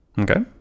Okay